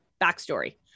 backstory